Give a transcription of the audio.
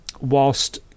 whilst